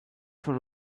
for